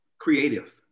creative